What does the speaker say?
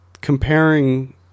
comparing